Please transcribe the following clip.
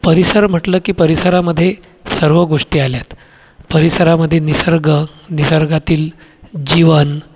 परिसर म्हटलं की परिसरामध्ये सर्व गोष्टी आल्यात परिसरामध्ये निसर्ग निसर्गातील जीवन